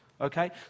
Okay